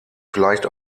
vielleicht